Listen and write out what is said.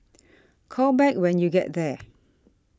call back when you get there